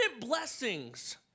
blessings